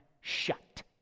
shut